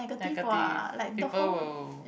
negative people will